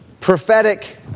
prophetic